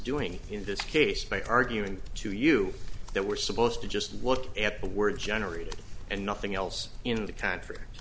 doing in this case by arguing to you that we're supposed to just look at the word generated and nothing else in the con